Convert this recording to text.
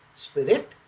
Spirit